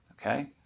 okay